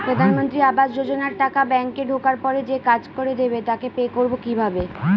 প্রধানমন্ত্রী আবাস যোজনার টাকা ব্যাংকে ঢোকার পরে যে কাজ করে দেবে তাকে পে করব কিভাবে?